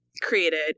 created